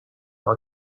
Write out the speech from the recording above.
are